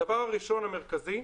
הדבר הראשון המרכזי,